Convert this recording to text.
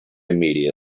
media